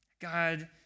God